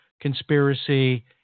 conspiracy